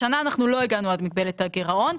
השנה אנחנו לא הגענו עד מגבלת הגירעון.